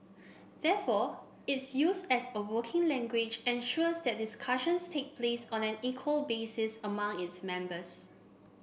therefore its use as a working language ensures that discussions take place on an equal basis among its members